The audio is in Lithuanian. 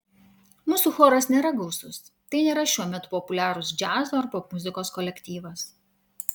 mūsų choras nėra gausus tai nėra šiuo metu populiarūs džiazo ar popmuzikos kolektyvas